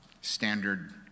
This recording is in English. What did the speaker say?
standard